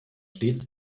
stets